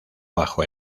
bajo